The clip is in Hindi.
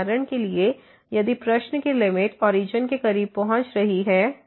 उदाहरण के लिए यदि प्रश्न की लिमिट ओरिजन के करीब पहुंच रही है